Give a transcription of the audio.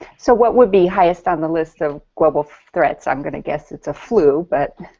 so what would be highest on the list of global threats? i'm going to guess its a flu, but.